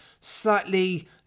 slightly